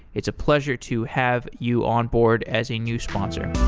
it's a pleasure to have you onboard as a new sponsor